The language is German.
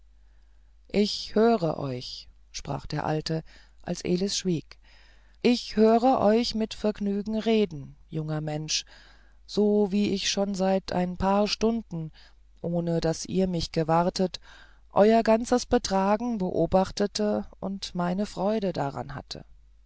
ich höre euch sprach der alte als elis schwieg ich höre euch mit vergnügen reden junger mensch so wie ich schon seit ein paar stunden ohne daß ihr mich gewahrtet euer ganzes betragen beobachtete und meine freude daran hatte